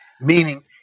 Meaning